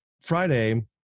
Friday